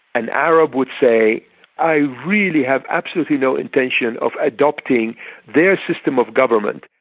an arab would say i really have absolutely no intention of adopting their system of government.